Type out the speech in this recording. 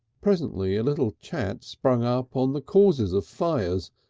presently a little chat sprang up upon the causes of fires,